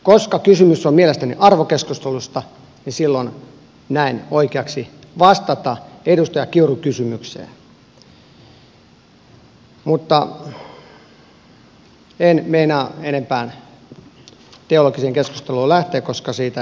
koska kysymys on mielestäni arvokeskustelusta niin silloin näen oikeaksi vastata edustaja kiurun kysymykseen mutta en meinaa enempään teologiseen keskusteluun lähteä koska siitä ei tule kuin sillisalaatti